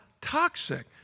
toxic